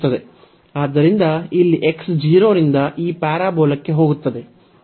ಆದ್ದರಿಂದ ಇಲ್ಲಿ x 0 ರಿಂದ ಈ ಪ್ಯಾರಾಬೋಲಾಕ್ಕೆ ಹೋಗುತ್ತದೆ